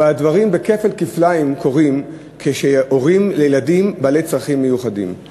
אבל הדברים קורים להורים לילדים עם צרכים מיוחדים כפל כפליים.